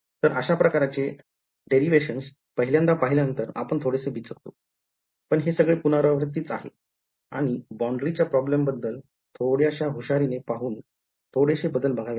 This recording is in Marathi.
तर अश्या प्रकारचे derivations पहिल्यांदा पहिल्या नंतर आपण थोडे से बिचकतो पण हे सगळी पुनरावृत्तीच आहे आणि boundary च्या प्रॉब्लेम बद्दल थोड्याश्या हुशारी ने पाहून थोडेशे बदल बघावे लागेल